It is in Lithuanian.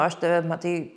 aš tave matai